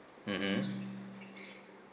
mm mm